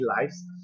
lives